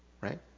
Right